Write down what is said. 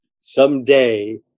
someday